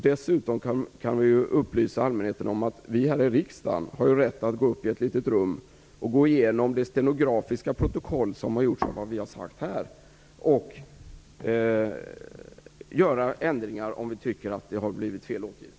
Dessutom kan jag upplysa allmänheten om att vi här i riksdagen har rätt att gå upp till ett litet rum och gå igenom det stenografiska protokoll som har gjorts av vad vi har sagt här och göra ändringar om vi tycker att det har blivit fel återgivet.